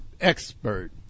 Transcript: expert